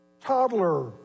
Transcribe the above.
toddler